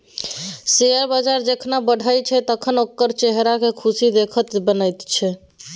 share बजार जखन बढ़ैत छै तखन ओकर चेहराक खुशी देखिते बनैत छै